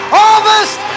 harvest